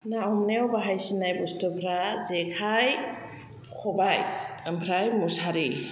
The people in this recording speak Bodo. ना हमनायाव बाहायसिननाय बुस्थुफ्रा जेखाइ खबाइ ओमफ्राय मुसारि